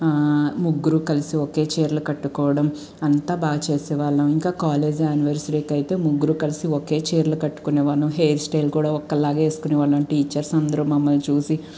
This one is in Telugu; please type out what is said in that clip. ముగ్గురు కలిసి ఒకే చీరలు కట్టుకోవడం అంతా బాగా చేసేవాళ్ళం ఇంకా కాలేజ్ యానివర్సరీకి అయితే ముగ్గురు కలిసి ఒకే చీరలు కట్టుకునే వాళ్ళం హెయిర్ స్టైల్ కూడా ఒకలాగానే వేసుకునే వాళ్ళం టీచర్స్ అందరూ మమ్మల్ని చూసి